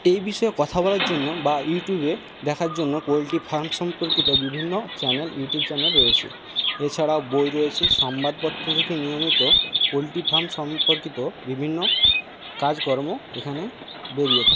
এই বিষয়ে কথা বলার জন্য বা ইউটিউবে দেখার জন্য পোলট্রি ফার্ম সম্পর্কিত বিভিন্ন চ্যানেল ইউটিউব চ্যানেল রয়েছে এছাড়াও বই রয়েছে সংবাদপত্র থেকে নিয়মিত পোলট্রি ফার্ম সম্পর্কিত বিভিন্ন কাজকর্ম এখানে বেরিয়ে থাকে